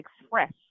express